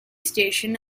station